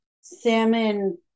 salmon